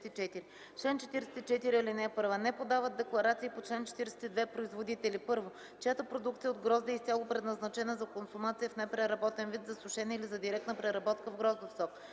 чл. 44: „Чл. 44. (1) Не подават декларации по чл. 42 производители: 1. чиято продукция от грозде е изцяло предназначена за консумация в непреработен вид, за сушене или за директна преработка в гроздов сок;